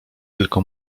tylko